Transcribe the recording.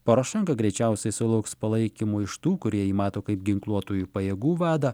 porošenka greičiausiai sulauks palaikymo iš tų kurie jį mato kaip ginkluotųjų pajėgų vadą